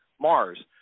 Mars